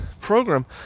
program